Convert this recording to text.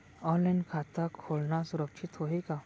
Online खाता खोलना सुरक्षित होही का?